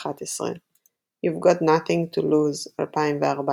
- 2011 You've Got Nothing to Lose - 2014